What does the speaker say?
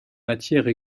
matières